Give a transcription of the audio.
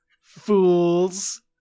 fools